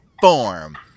form